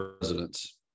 residents